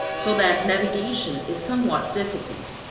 so that navigation is somewhat difficult.